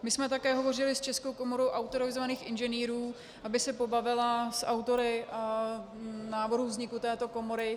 My jsme také hovořili s Českou komorou autorizovaných inženýrů, aby se pobavila s autory návrhu vzniku této komory.